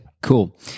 cool